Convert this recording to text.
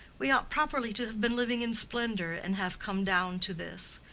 we ought properly to have been living in splendor, and have come down to this.